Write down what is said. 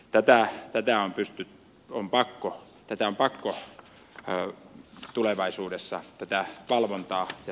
tätä valvontaa ja sääntelyä on pakko tulevaisuudessa vähentää